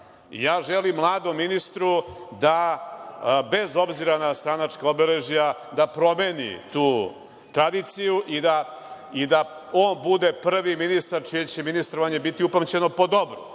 Želim mladom ministru, da bez obzira na stranačka obeležja, da promeni tu tradiciju i da on bude prvi ministar čije će ministrovanje biti upamćeno po dobru.